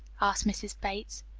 asked mrs. bates.